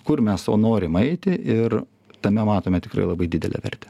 kur mes o norim eiti ir tame matome tikrai labai didelę vertę